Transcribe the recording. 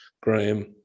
Graham